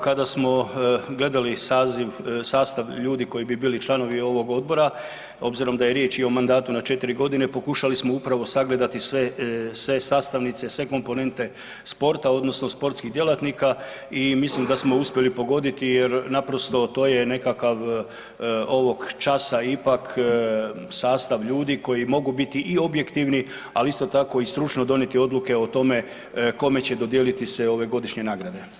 Upravo tako, kada smo gledali saziv, sastav ljudi koji bi bili članovi ovog odbora, obzirom da je riječ i o mandatu na 4 godine, pokušali smo upravo sagledati sve sastavnice, sve komponente sporta odnosno sportskih djelatnika i mislim da smo uspjeli pogoditi jer naprosto to je nekakav ovog časa ipak sastav ljudi koji mogu biti i objektivni, ali isto tako, i stručno donijeli odluke o tome kome će dodijeliti se ove godišnje nagrade.